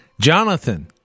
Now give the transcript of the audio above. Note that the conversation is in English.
Jonathan